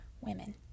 women